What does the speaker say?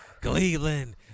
Cleveland